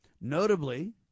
Notably